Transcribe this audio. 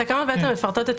התקנות בעצם מפרטות את